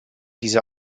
diese